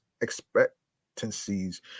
expectancies